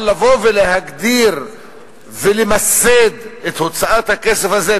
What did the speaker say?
אבל לבוא ולהגדיר ולמסד את הוצאת הכסף הזה,